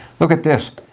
look at this.